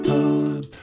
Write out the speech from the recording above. time